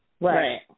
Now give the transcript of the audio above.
Right